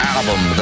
Album